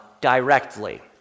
Directly